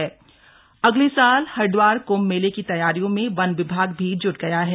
one विभाग कंभ अगले साल हरिद्वार क्भ मेले की तैयारियों में वन विभाग भी ज्ट गया है